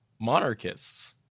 monarchists